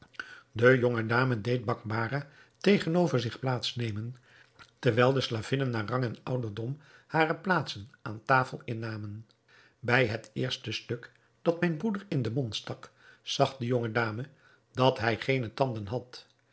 de jonge dame deed bakbarah tegenover zich plaats nemen terwijl de slavinnen naar rang en ouderdom hare plaatsen aan tafel innamen bij het eerste stuk dat mijn broeder in den mond stak zag de jonge dame dat hij geene tanden had